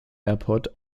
airport